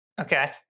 okay